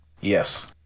yes